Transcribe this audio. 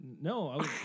No